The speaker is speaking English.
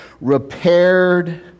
Repaired